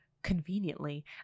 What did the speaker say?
conveniently